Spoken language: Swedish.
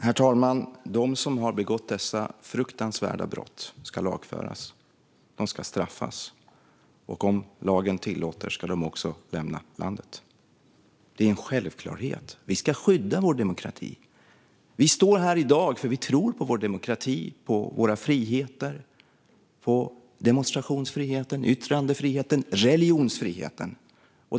Herr talman! De som har begått dessa fruktansvärda brott ska lagföras. De ska straffas, och om lagen tillåter det ska de också lämna landet. Det är en självklarhet. Vi ska skydda vår demokrati. Vi står här i dag därför att vi tror på vår demokrati och på våra friheter - demonstrationsfriheten, yttrandefriheten och religionsfriheten.